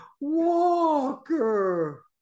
Walker